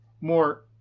more